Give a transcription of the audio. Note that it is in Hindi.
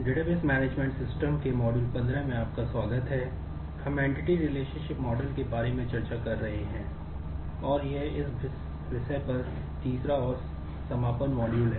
डेटाबेस मैनेजमेंट सिस्टम के बारे में चर्चा कर रहे हैं और यह इस विषय पर तीसरा और समापन मॉड्यूल है